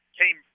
came